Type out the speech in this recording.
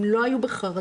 הם לא היו בחרדה.